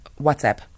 WhatsApp